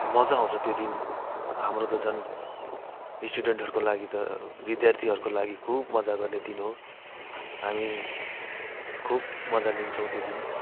मजा आउँछ त्यो दिन हाम्रो त झन स्टुडेन्टहरूको लागि त विद्यार्थीहरूको लागि खुब मजा गर्ने दिन हो हामी खुब मजा लिन्छौँ त्यो दिन